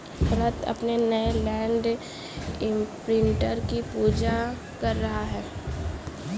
रत्न अपने नए land imprinter की पूजा कर रहा है